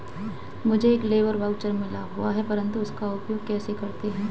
मुझे एक labour voucher मिला हुआ है परंतु उसका उपयोग कैसे करते हैं?